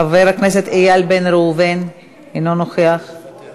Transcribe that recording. חבר הכנסת איל בן ראובן, מוותר,